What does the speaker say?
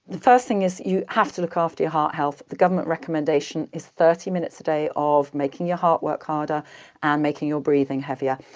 the first thing is you have to look after your heart health, the government recommendation is thirty minutes a day of making your heart work harder and making your breathing heavier.